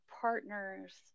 partners